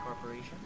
Corporation